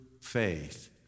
faith